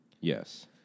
Yes